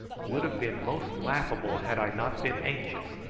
would have been most laughable had i not been anxious,